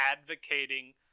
advocating